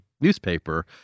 newspaper